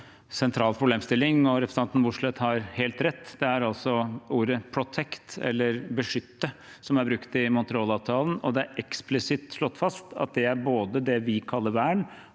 sentral problemstilling. Representanten Mossleth har helt rett – det er altså ordet «protect», eller beskytte, som er brukt i Montrealavtalen, og det er eksplisitt slått fast at det er både det vi kaller vern